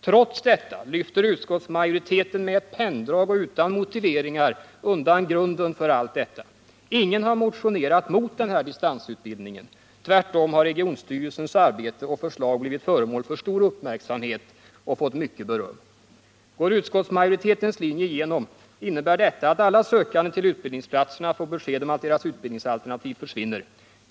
Trots detta rycker utskottsmajoriteten med ett penndrag och utan motiveringar undan grunden för allt detta. Ingen har motionerat mot denna distansutbildning. Tvärtom har regionstyrelsens arbete och förslag blivit föremål för stor uppmärksamhet och fått mycket beröm. Går utskottsmajoritetens linje igenom innebär detta att alla sökande till utbildningsplatserna får besked om att deras utbildningsalternativ försvinner.